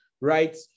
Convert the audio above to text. right